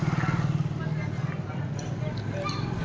ಮೆಣಸಿನಕಾಯಿಗ ಛಲೋ ಕಳಿ ಕಿತ್ತಾಕ್ ಯಾವ್ದು ಮತ್ತ ಅದ ಎಲ್ಲಿ ಸಿಗ್ತೆತಿ?